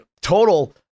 total